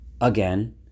again